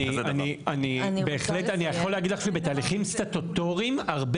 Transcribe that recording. אני יכול להגיד לך שבתהליכים סטטוטוריים הרבה